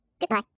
Goodbye